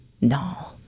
No